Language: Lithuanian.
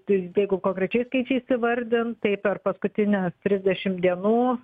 tai jeigu konkrečiais skaičiais įvardint tai per paskutines tisdešim dienų